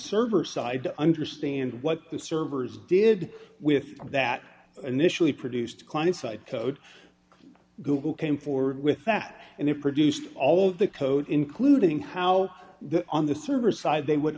server side to understand what the servers did with that initially produced client side code google came forward with that and they produced all of the code including how the on the server side they would